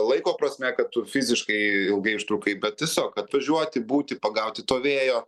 laiko prasme kad tu fiziškai ilgai užtrukai bet tiesiog atvažiuoti būti pagauti to vėjo